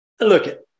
Look